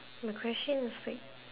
my question is like